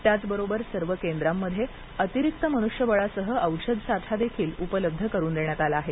त्याचबरोबर सर्व केंद्रांमधे अतिरिक्त मनृष्यबळासह औषधसाठा देखील उपलब्ध करुन देण्यात आला आहे